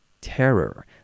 terror